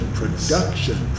production